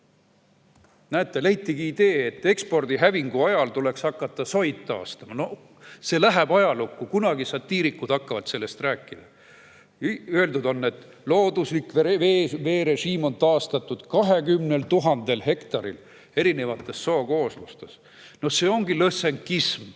näete, leitigi idee, et ekspordi hävingu ajal tuleks hakata soid taastama. See läheb ajalukku, kunagi satiirikud hakkavad sellest rääkima. On öeldud, et looduslik veerežiim on taastatud 20 000 hektaril erinevates sookooslustes. See ongi lõssenkism.